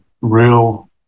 real